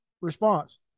response